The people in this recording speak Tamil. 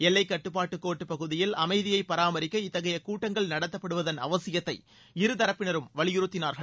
எல்லைக்காட்டுப்பாட்டு கோட்டுப்பகுதியில் அமைதியை பராமரிக்க இத்தகைய கூட்டங்கள் நடத்தப்படுவதன் அவசியத்தை இரு தரப்பினரும் வலியுறுத்தினார்கள்